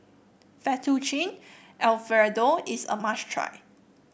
Fettuccine Alfredo is a must try